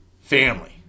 family